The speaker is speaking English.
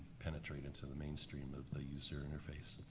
penetrated to the mainstream of the user interface.